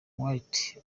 white